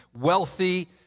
wealthy